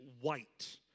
white